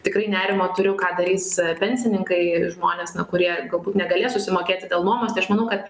tikrai nerimo turiu ką darys pensininkai žmonės kurie galbūt negalės susimokėti dėl nuomos tai aš manau kad